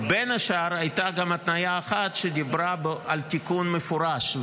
בין השאר הייתה גם התניה אחת שדיברה על תיקון מפורש.